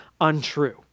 untrue